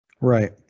Right